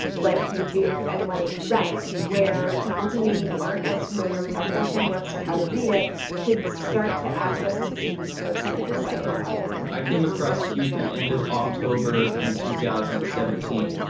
like youtube and like reddit, where people who maybe aren't as familiar with how four chan works or how to read it could start to access and see these posts and get excited about them. i came across q at the end of october in two thousand and seventeen.